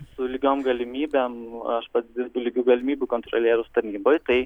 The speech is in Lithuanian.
su lygiom galimybėm aš pats dirbu lygių galimybių kontrolieriaus tarnyboj tai